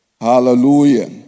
Hallelujah